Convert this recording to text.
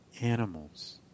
animals